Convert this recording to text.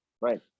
right